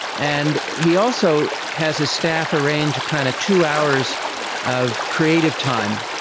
and he also has his staff arrange kind of two hours of creative time.